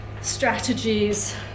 strategies